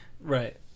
Right